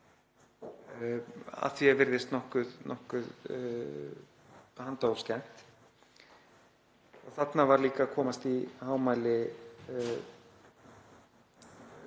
að því er virðist nokkuð handahófskennt. Þarna var líka að komast í hámæli